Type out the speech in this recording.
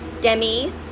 Demi